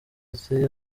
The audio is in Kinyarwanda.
ati